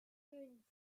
fünf